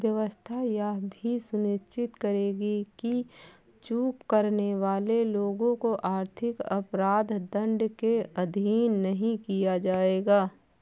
व्यवस्था यह भी सुनिश्चित करेगी कि चूक करने वाले लोगों को आर्थिक अपराध दंड के अधीन नहीं किया जाएगा